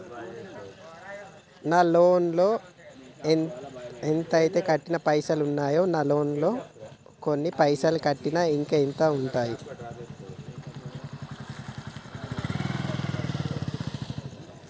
నా లోన్ లా అత్తే కట్టే పైసల్ ఎన్ని ఉన్నాయి నా లోన్ లా కొన్ని పైసల్ కట్టిన ఇంకా ఎంత ఉన్నాయి?